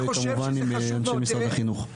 כמובן עם אנשי משרד החינוך.